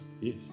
yes